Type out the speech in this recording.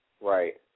Right